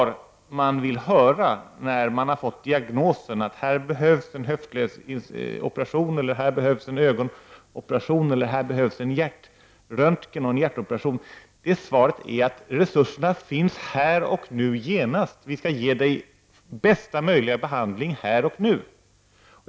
Det svar som den människa som har fått diagnosen att det behövs en höftledsoperation, en ögonoperation, en hjärtröntgen och en hjärtoperation vill få är: Resurserna finns här och nu, och vi skall ge dig bästa möjliga behandling här och nu.